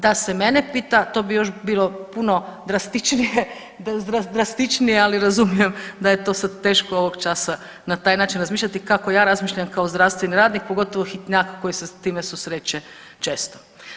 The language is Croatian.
Da se mene pita to bi bilo još puno drastičnije, ali razumijem da je to sad teško ovog časa na taj način razmišljati kako ja razmišljam kao zdravstveni radnik pogotovo hitnjak koji se s time susreće često.